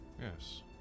yes